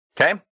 Okay